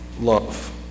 love